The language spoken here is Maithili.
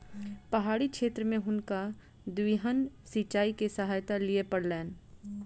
पहाड़ी क्षेत्र में हुनका उद्वहन सिचाई के सहायता लिअ पड़लैन